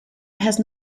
has